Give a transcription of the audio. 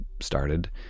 started